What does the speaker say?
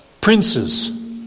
Princes